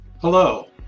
Hello